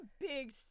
big